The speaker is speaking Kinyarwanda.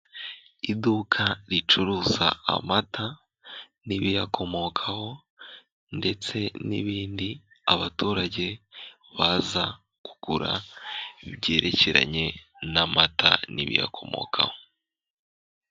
Iduka ricuruza amata n'ibiyakomokaho, ndetse n'ibindi abaturage baza kugura byerekeranye n'amata n'ibiyakomokaho.